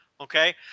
Okay